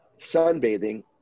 sunbathing